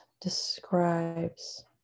describes